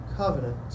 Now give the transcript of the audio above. Covenant